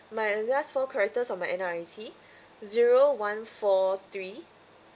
my last four characters of my N_R_I_C zero one four three